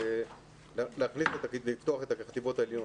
והם חוששים לפתוח את החטיבות העליונות,